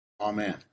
Amen